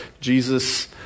Jesus